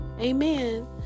Amen